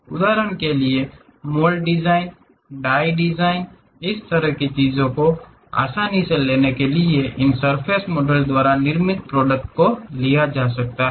उदाहरण के लिए मोल्ड डिजाइन की तरह डाई डिजाइन इस तरह की चीजों को आसानी से इन सर्फ़ेस के मॉडल द्वारा निर्मित किया जा सकता है